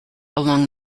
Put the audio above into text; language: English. along